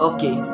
Okay